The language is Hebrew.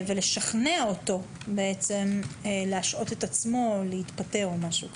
ולשכנע אותו להשעות את עצמו או להתפטר או משהו כזה.